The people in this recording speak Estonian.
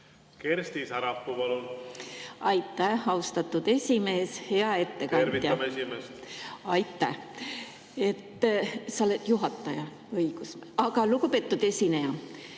Kersti Sarapuu, palun! Aitäh, austatud esimees! Hea ettekandja! Tervitame esimeest. Aitäh! Sa oled juhataja, õigus. Aga lugupeetud esineja!